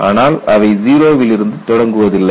ஆனால் அவை 0 லிருந்து தொடங்குவதில்லை